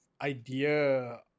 idea